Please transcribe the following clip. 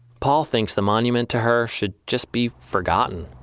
paul thinks the monument to her should just be forgotten.